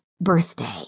birthday